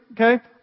okay